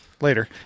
later